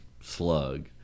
slug